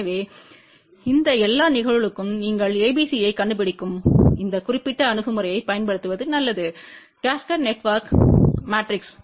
எனவே இந்த எல்லா நிகழ்வுகளுக்கும் நீங்கள் ABCDயைக் கண்டுபிடிக்கும் இந்த குறிப்பிட்ட அணுகுமுறையைப் பயன்படுத்துவது நல்லது கேஸ்கேடட் நெட்வொர்க்பின் மாட்ரிக்ஸ்